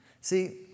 See